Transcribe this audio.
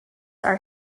are